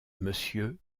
monsieur